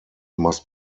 must